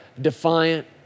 defiant